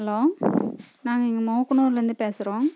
hello நாங்கள் இங்கே மோப்பனுர்லேருந்து பேசுறோம்